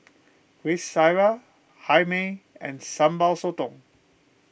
Kueh Syara Hae Mee and Sambal Sotong